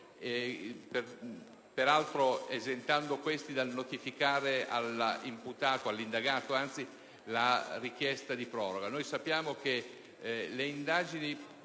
peraltro esentandolo dal notificare all'indagato la richiesta di proroga.